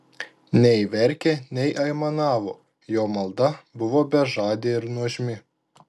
nei verkė nei aimanavo jo malda buvo bežadė ir nuožmi